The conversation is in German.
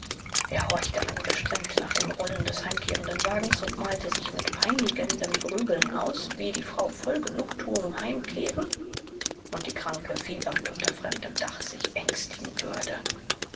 er horchte angestrengt nach dem rollen des heimkehrenden wagens und malte sich mit peinigendem grübeln aus wie die frau voll genugtuung heimkehren und die kranke fiebernd unter fremdem dach sich ängstigen würde